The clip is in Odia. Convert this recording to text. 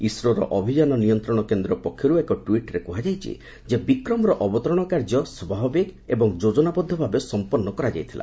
ଇସ୍ରୋର ଅଭିଯାନ ନିୟନ୍ତ୍ରଣ କେନ୍ଦ୍ର ପକ୍ଷରୁ ଏକ ଟ୍ପିଟ୍ରେ କୁହାଯାଇଛି ଯେ ବିକ୍ରମର ଅବତରଣ କାର୍ଯ୍ୟ ସ୍ୱାଭାବିକ ଓ ଯୋଜନାବଦ୍ଧ ଭାବେ ସଂପନ୍ନ କରାଯାଇଥିଲା